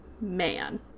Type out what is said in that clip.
man